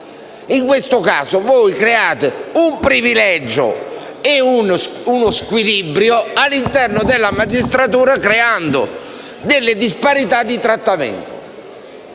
In questo caso creereste un privilegio e uno squilibrio all'interno della magistratura, a causa della disparità di trattamento.